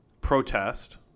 protest